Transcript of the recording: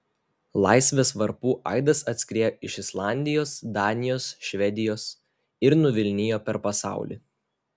laisvės varpų aidas atskriejo iš islandijos danijos švedijos ir nuvilnijo per pasaulį